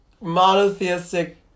monotheistic